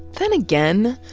then again,